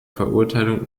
verurteilung